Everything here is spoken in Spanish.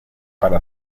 para